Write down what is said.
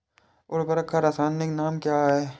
उर्वरक का रासायनिक नाम क्या है?